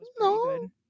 no